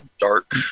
dark